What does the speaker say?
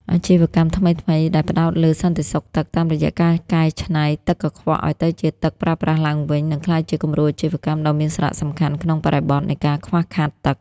អាជីវកម្មថ្មីៗដែលផ្ដោតលើ "សន្ដិសុខទឹក" តាមរយៈការកែច្នៃទឹកកខ្វក់ឱ្យទៅជាទឹកប្រើប្រាស់ឡើងវិញ នឹងក្លាយជាគំរូអាជីវកម្មដ៏មានសារៈសំខាន់ក្នុងបរិបទនៃការខ្វះខាតទឹក។